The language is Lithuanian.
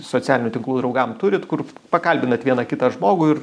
socialinių tinklų draugam turit kur pakalbinat vieną kitą žmogų ir